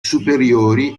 superiori